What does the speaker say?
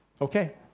okay